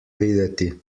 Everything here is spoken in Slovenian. videti